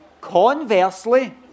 Conversely